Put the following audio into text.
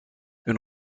une